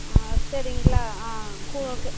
ஆ சரிங்களா ஆ ஓகே